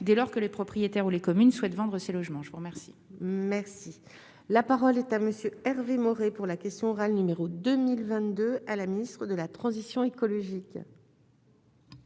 dès lors que les propriétaires ou les communes souhaitent vendre ces logements, je vous remercie. Merci, la parole est à monsieur Hervé Maurey pour la question orale, numéro 2022 à la ministre de la transition écologique.